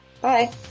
Bye